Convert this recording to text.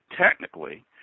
technically